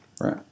Right